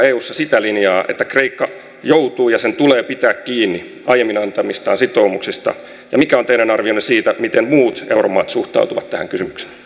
eussa sitä linjaa että kreikka joutuu pitämään ja että sen tulee pitää kiinni aiemmin antamistaan sitoumuksista ja mikä on teidän arvionne siitä miten muut euromaat suhtautuvat tähän kysymykseen